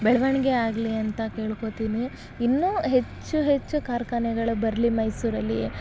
ಬೆಳ್ವಣಿಗೆಯಾಗ್ಲಿ ಅಂತ ಕೇಳ್ಕೊತೀನಿ ಇನ್ನೂ ಹೆಚ್ಚು ಹೆಚ್ಚು ಕಾರ್ಖಾನೆಗಳು ಬರಲಿ ಮೈಸೂರಲ್ಲಿ